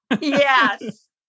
Yes